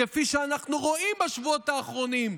כפי שאנחנו רואים בשבועות האחרונים,